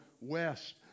west